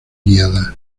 guiadas